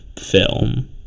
film